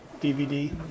DVD